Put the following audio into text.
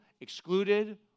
excluded